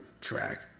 Track